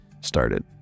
started